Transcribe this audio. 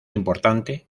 importante